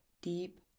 deep